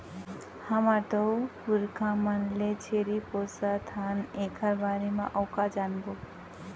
हमर तो पुरखा मन ले छेरी पोसत हन एकर बारे म अउ का जानबो?